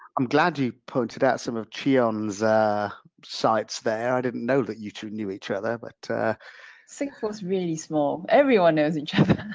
i'm glad you pointed out some of sion's sites there. i didn't know that you two knew other but singapore's really small. everyone knows each